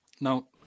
Now